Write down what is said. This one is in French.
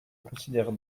considère